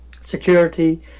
security